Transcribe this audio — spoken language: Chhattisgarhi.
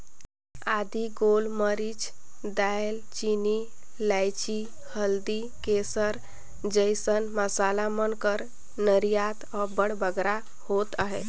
आदी, गोल मरीच, दाएल चीनी, लाइची, हरदी, केसर जइसन मसाला मन कर निरयात अब्बड़ बगरा होत अहे